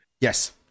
Yes